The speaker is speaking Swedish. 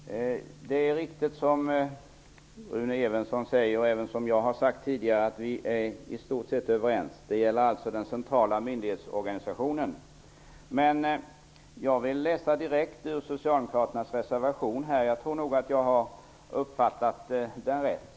Herr talman! Det är riktigt, som Rune Evensson säger och som även jag har sagt tidigare, att vi i stort sett är överens när det gäller den centrala myndighetsorganisationen. Jag vill läsa direkt ur socialdemokraternas reservation. Jag tror att jag har uppfattat den rätt.